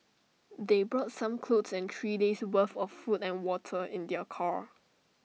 they brought some clothes and three days' worth of food and water in their car